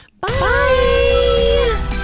Bye